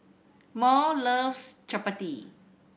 Maud loves Chapati